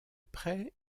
prêt